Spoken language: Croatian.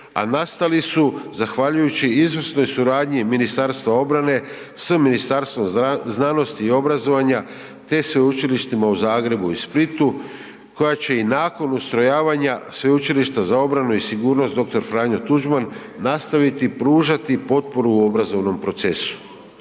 a nastali su zahvaljujući izvrsnoj suradnji MORH-a s Ministarstvom znanosti i obrazovanja te sveučilištima u Zagrebu i Splitu koja će i nakon ustrojavanja Sveučilišta za obranu i sigurnost dr. Franjo Tuđman nastaviti pružati potporu u obrazovnom procesu.